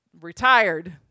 retired